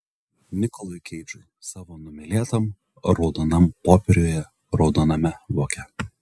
nikolui keidžui savo numylėtam raudonam popieriuje raudoname voke